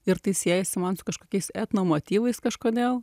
ir tai siejasi man su kažkokiais etno motyvais kažkodėl